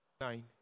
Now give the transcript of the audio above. Nine